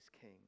king